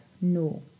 No